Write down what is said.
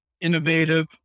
innovative